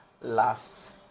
last